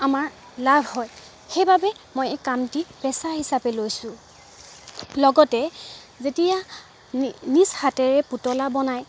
আমাৰ লাভ হয় সেইবাবে মই এই কামটি পেচা হিচাপে লৈছোঁ লগতে যেতিয়া নিজ হাতেৰে পুতলা বনাই